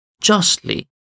justly